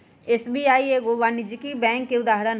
SBI एगो वाणिज्यिक bank के उदाहरण हइ